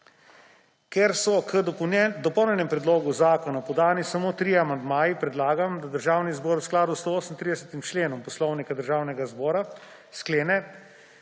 Ker so k dopolnjenemu predlogu zakona podani samo trije amandmaji, predlagam, da Državni zbor v skladu s 138. členom Poslovnika Državnega zbora sklene,